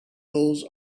those